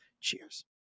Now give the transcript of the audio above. cheers